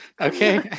okay